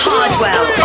Hardwell